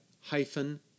hyphen